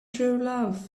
truelove